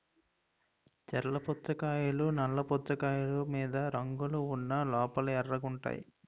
చర్ల పుచ్చకాయలు నల్ల పుచ్చకాయలు మీద రంగులు ఉన్న లోపల ఎర్రగుంటాయి